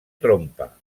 trompa